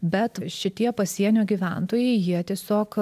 bet šitie pasienio gyventojai jie tiesiog